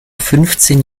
fünfzehn